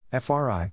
FRI